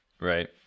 Right